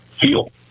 feel